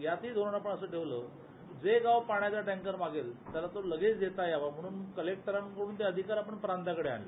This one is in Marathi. यातही धोरण आपण असं ठरवलं जे गाव पाण्याचा टँकर मागेल त्याला तो लगेच देता यावा म्हणून कलेक्टरांकडून ते अधिकार आपण प्रांताकडे आणले